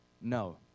No